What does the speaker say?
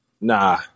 Nah